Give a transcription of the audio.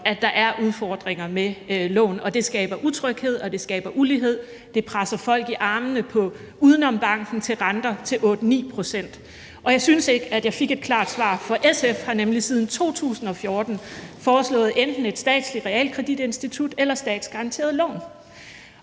at der er udfordringer med lån. Det skaber utryghed, det skaber ulighed, og det presser folk i armene på UdenomBanken til renter på 8-9 pct. Og jeg synes ikke, at jeg fik et klart svar. For SF har nemlig siden 2014 foreslået enten et statsligt realkreditinstitut eller statsgaranterede lån,